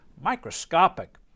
microscopic